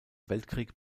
weltkrieg